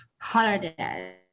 holiday